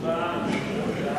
סעיפים 1